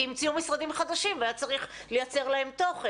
המציאו משרדים חדשים והיא צריך לייצר להם תוכן?